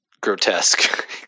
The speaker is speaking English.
grotesque